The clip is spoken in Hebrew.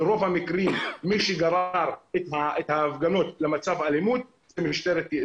ברוב המקרים מי שגרר את ההפגנות למצב אלימות זה משטרת ישראל.